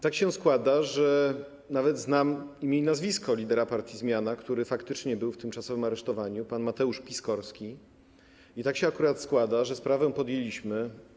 Tak się składa, że nawet znam imię i nazwisko lidera partii Zmiana, który faktycznie był tymczasowo aresztowany - pan Mateusz Piskorski - i tak się akurat składa, że sprawę podjęliśmy.